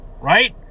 Right